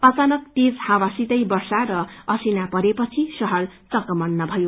अचानक तेज हावसितै वर्षा र असिना परेपछि शहर चकमन्न भयो